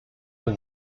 the